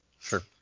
sure